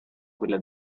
quella